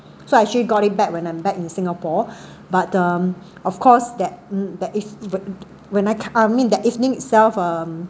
so I actually got it back when I'm back in singapore but um of course that that is when I I mean that evening itself um